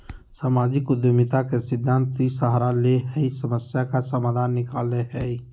सामाजिक उद्यमिता के सिद्धान्त इ सहारा ले हइ समस्या का समाधान निकलैय हइ